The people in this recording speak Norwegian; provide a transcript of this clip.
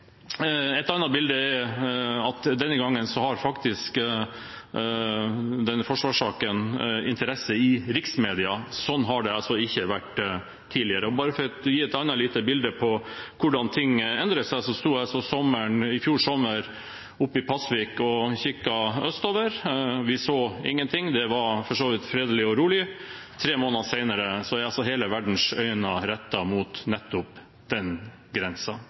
Et annet bilde er at denne gangen har faktisk denne forsvarssaken interesse i riksmediene – sånn har det ikke vært tidligere. Bare for å gi et annet lite bilde på hvordan ting endrer seg: I fjor sommer sto jeg i Pasvik og kikket østover. Vi så ingenting – det var for så vidt fredelig og rolig. Tre måneder senere er hele verdens øyne rettet mot nettopp den